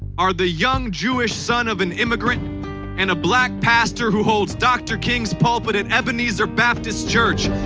are the young jewish son of an immigrant and black pastor who holds dr. king's pulpit at ebenezer baptist church.